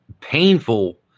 painful